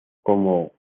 como